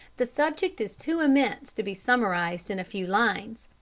the subject is too immense to be summarised in a few lines,